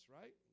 right